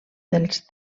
dels